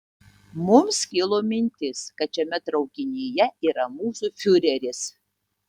mums kilo mintis kad šiame traukinyje yra mūsų fiureris